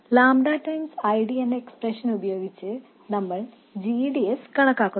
ƛ I D എന്ന expression ഉപയോഗിച്ച് നമ്മൾ g d s കണക്കാക്കുന്നു